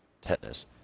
tetanus